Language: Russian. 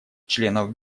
членов